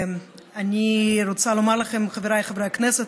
אני רוצה לומר לכם, חבריי חברי הכנסת,